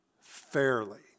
fairly